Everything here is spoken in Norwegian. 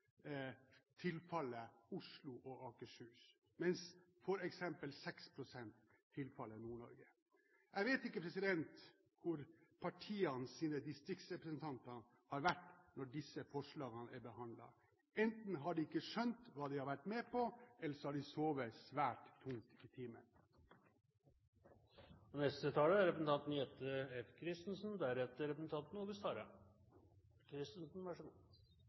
tilfaller Nord-Norge. Jeg vet ikke hvor partienes distriktsrepresentanter har vært når disse forslagene er behandlet. Enten har de ikke skjønt hva de har vært med på, eller så har de sovet svært tungt i timen. Det har ikke vært så mye snakk om likestilling fra Høyre og Fremskrittspartiet i denne debatten. Det er ikke så